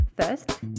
first